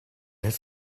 have